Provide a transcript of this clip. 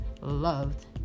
loved